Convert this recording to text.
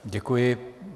Děkuji.